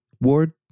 Ward